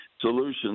solutions